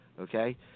okay